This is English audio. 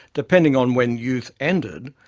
depending on when youth ended,